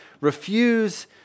refuse